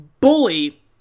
bully